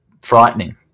frightening